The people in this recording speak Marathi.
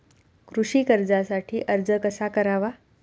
कृषी कर्जासाठी अर्ज कसा करावा?